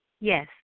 Yes